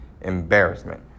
embarrassment